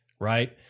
right